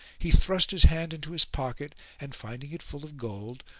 he thrust his hand into his pocket and, finding it full of gold,